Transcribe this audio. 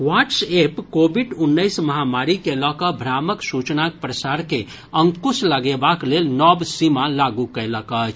WhatsApp covid उन्नैस महामारी के लऽकऽ भ्रामक सूचनाक प्रसार के अंकुश लगेबाक लेल नव सीमा लागू कयलक अछि